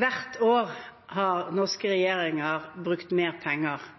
Hvert år har norske regjeringer brukt mer penger